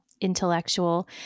intellectual